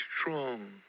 strong